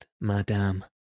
madame